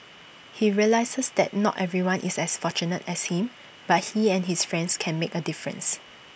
he realises that not everyone is as fortunate as him but he and his friends can make A difference